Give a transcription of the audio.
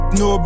no